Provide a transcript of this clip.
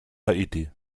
haiti